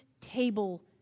table